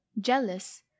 jealous